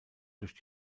durch